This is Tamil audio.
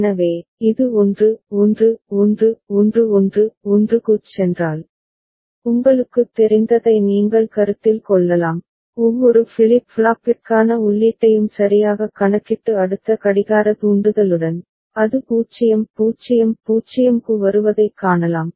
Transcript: எனவே இது 1 1 1 11 1 க்குச் சென்றால் உங்களுக்குத் தெரிந்ததை நீங்கள் கருத்தில் கொள்ளலாம் ஒவ்வொரு ஃபிளிப் ஃப்ளாப்பிற்கான உள்ளீட்டையும் சரியாகக் கணக்கிட்டு அடுத்த கடிகார தூண்டுதலுடன் அது 0 0 0 க்கு வருவதைக் காணலாம்